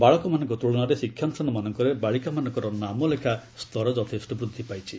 ବାଳକମାନଙ୍କ ତ୍ରଳନାରେ ଶିକ୍ଷାନୁଷ୍ଠାନମାନଙ୍କରେ ବାଳିକାମାନଙ୍କର ନାମଲେଖା ସ୍ତର ଯଥେଷ୍ଟ ବୃଦ୍ଧି ପାଇଛି